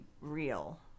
real